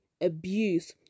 abuse